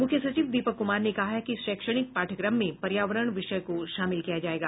मुख्य सचिव दीपक कुमार ने कहा है कि शैक्षणिक पाठ्यक्रम में पर्यावरण विषय को शामिल किया जायेगा